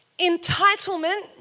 entitlement